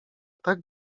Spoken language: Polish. tak